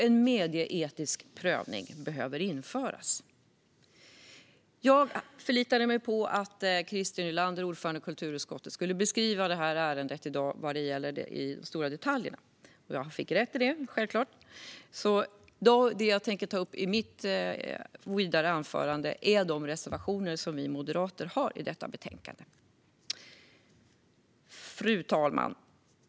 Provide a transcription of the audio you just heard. En medieetisk prövning behöver införas. Jag förlitade mig på att Christer Nylander, som är ordförande i kulturutskottet, skulle beskriva ärendets detaljer. Det fick jag självklart rätt i. Det som jag därför tänker ta upp vidare i mitt anförande är Moderaternas reservationer i detta betänkande. Fru talman!